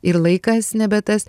ir laikas nebe tas